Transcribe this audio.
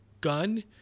gun